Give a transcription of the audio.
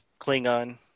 Klingon